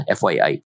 fyi